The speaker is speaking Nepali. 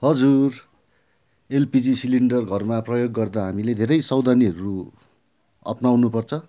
हजुर एलपिजी सिलिन्डर घरमा प्रयोग गर्दा हामीले धेरै सावधानीहरू अप्नाउनु पर्छ